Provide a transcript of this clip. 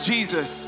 Jesus